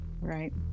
right